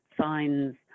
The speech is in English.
signs